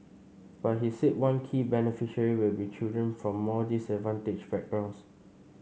but he said one key beneficiary will be children from more disadvantaged backgrounds